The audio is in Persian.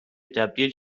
تبدیل